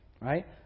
right